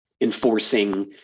enforcing